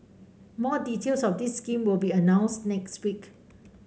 more details of this scheme will be announced next week